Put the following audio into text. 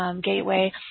Gateway